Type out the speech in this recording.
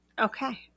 Okay